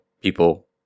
people